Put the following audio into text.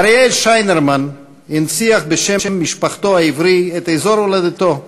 אריאל שיינרמן הנציח בשם משפחתו העברי את אזור הולדתו,